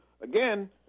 again